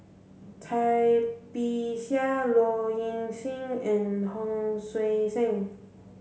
Cai Bixia Low Ing Sing and Hon Sui Sen